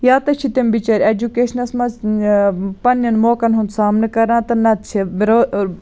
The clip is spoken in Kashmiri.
یا تہِ چھِ تِم بِچٲرۍ ایٚجُکیشنَس مَنٛز پَننٮ۪ن موقعن ہُنٛد سامنہٕ کَران تہٕ نَتہٕ چھِ